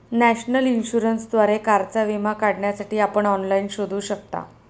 national इन्शुरन्सद्वारे कारचा विमा काढण्यासाठी आपण ऑनलाइन शोधू शकता